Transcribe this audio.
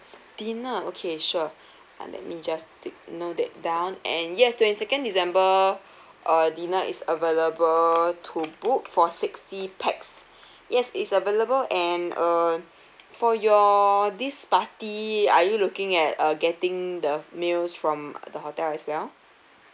dinner okay sure uh let me just take note that down and yes twenty second december uh dinner is available to book for sixty pax yes it's available and uh for your this party are you looking at uh getting the meals from the hotel as well